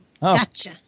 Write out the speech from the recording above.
Gotcha